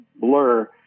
blur